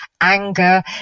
anger